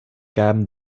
gaben